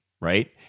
Right